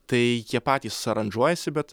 tai jie patys aranžuojasi bet